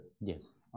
Yes